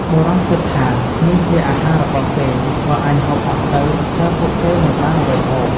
បុរសគិតថា នេះជាអាហារ របស់គេ បើអញហូបអស់ទៅ តើពួកគេនឹងបានអ្វីហូប? ។